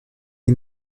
est